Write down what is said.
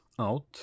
out